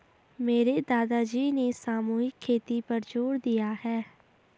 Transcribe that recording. मेरे दादाजी ने सामूहिक खेती पर जोर दिया है